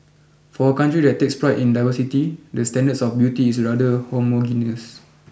for a country that takes pride in diversity the standards of beauty is rather homogeneous